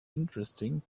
interesting